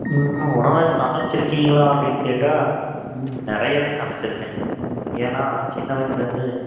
ம் உணவை சமைச்சிருக்கீங்களா அப்படின்னு கேட்டால் ம் நிறையவே சமைச்சிருக்கேன் ஏன்னால் சின்ன வயதுலருந்து